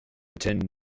attend